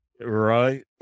Right